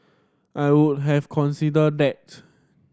I would have considered that